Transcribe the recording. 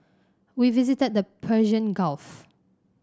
we visited the Persian Gulf